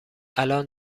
الآن